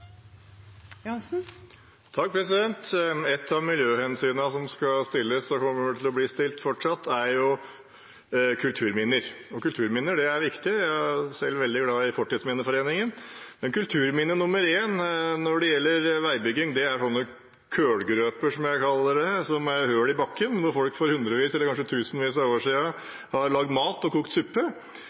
er selv veldig glad i Fortidsminneforeningen. Kulturminne nummer én når det gjelder veibygging, er slike «kølgrøper», som jeg kaller det, som er hull i bakken der folk for hundrevis eller kanskje tusenvis av år siden laget mat og kokte suppe.